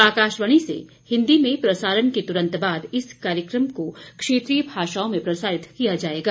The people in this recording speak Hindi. आकाशवाणी से हिन्दी में प्रसारण के तुरन्त बाद इस कार्यक्रम को क्षेत्रीय भाषाओं में प्रसारित किया जायेगा